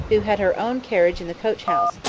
who had her own carriage in the coach house,